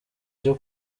cyo